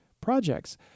projects